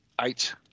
eight